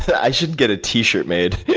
i should get a t-shirt made. yeah